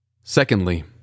Secondly